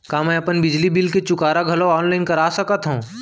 का मैं अपन बिजली बिल के चुकारा घलो ऑनलाइन करा सकथव?